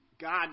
God